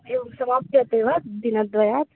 एवं समाप्यते वा दिनद्वयात्